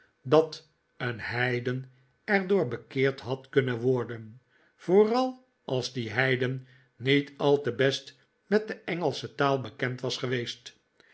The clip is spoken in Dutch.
dat een heiden er door bekeerd had kunnen worden vooral als die heiden niet al te best met de engelsche taal bekend was geweest